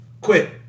Quit